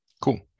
Cool